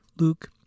Luke